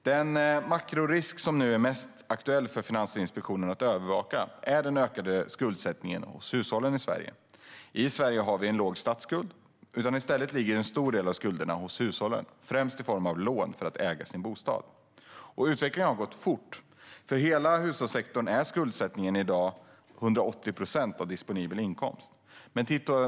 Den makrorisk som nu är mest aktuell för Finansinspektionen att övervaka är den ökade skuldsättningen hos hushållen i Sverige. I Sverige har vi en låg statsskuld. I stället ligger en stor del av skulderna hos hushållen, främst i form av lån för att äga en bostad. Utvecklingen har gått fort. För hela hushållssektorn är skuldsättningen i dag 180 procent av disponibel inkomst.